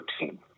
routine